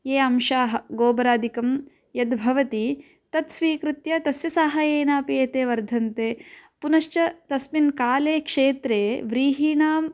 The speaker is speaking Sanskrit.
ये अंशाः गोबरादिकं यद्भवति तत् स्वीकृत्य तस्य साहाय्येनापि एते वर्धन्ते पुनश्च तस्मिन् काले क्षेत्रे व्रीहीणां